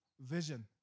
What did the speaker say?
vision